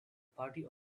party